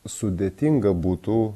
sudėtinga būtų